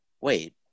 Wait